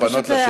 פשוט,